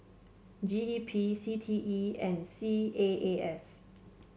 G E P C T E and C A A S